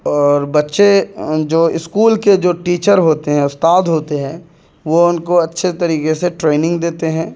اور بچّے جو اسکول کے جو ٹیچر ہوتے ہیں استاد ہوتے ہیں وہ ان کو اچّھے طریقے سے ٹریننگ دیتے ہیں